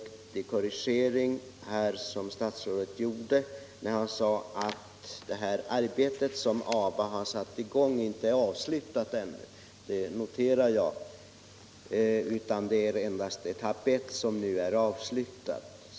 Statsrådet gjorde en viktig korrigering då han sade att det arbete som ABA satt i gång ännu inte är avslutat. Jag noterar det. Det är endast etapp I som nu är avslutad.